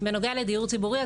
בנוגע לדיור ציבורי,